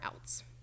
else